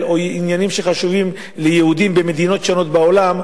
או עניינים שחשובים ליהודים במדינות שונות בעולם,